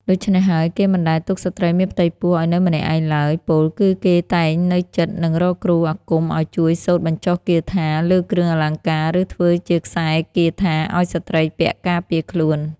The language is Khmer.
ដូច្នេះហើយគេមិនដែលទុកស្រ្តីមានផ្ទៃពោះឲ្យនៅម្នាក់ឯងឡើយ ពោលគឺគេតែងនៅជិតនិងរកគ្រូអាគមឲ្យជួយសូត្របញ្ចុះគាថាលើគ្រឿងអលង្កា ឬធ្វើជាខ្សែគាថាឲ្យស្ត្រីពាក់ការពារខ្លួន